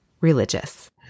religious